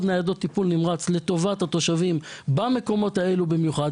ניידות טיפול נמרץ לטובת התושבים במקומות אלו במיוחד.